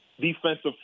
defensive